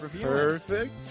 Perfect